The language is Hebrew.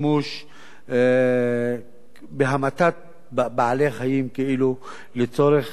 בהמתת בעלי-חיים כאילו לצורך מחקר.